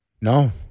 No